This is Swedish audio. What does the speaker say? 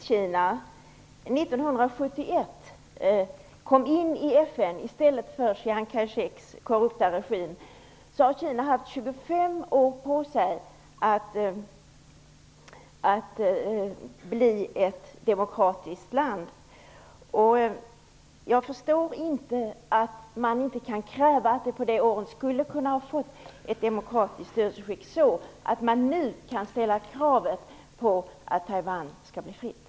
Fru talman! Om man tänker på att Kommunist Kina kom in i FN 1971 i stället för Chiang Kai-sheks korrupta regim, så har Kina haft 25 år på sig att bli ett demokratiskt land. Jag förstår inte varför man inte skulle kunna kräva att Kina på de åren fått ett demokratiskt styrelseskick, så att man nu kan ställa kravet att Taiwan skall bli fritt.